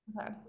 Okay